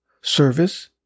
service